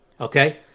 Okay